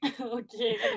Okay